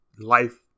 life